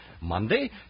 Monday